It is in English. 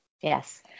Yes